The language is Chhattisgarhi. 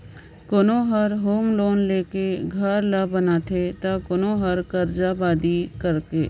कोनो हर होम लोन लेके घर ल बनाथे त कोनो हर करजा बादी करके